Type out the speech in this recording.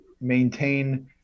maintain